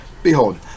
Behold